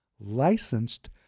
licensed